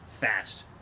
fast